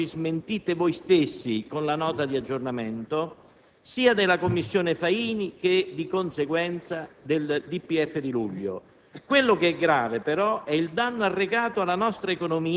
Nel giugno scorso avete messo in piedi la famosa commissione Faini che non solo è costata soldi, ma ha sbagliato ogni previsione e vi ha fatto fare una pessima figura.